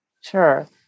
Sure